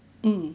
mm